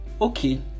Okay